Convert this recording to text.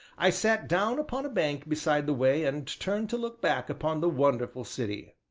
i sat down upon a bank beside the way and turned to look back upon the wonderful city.